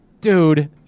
dude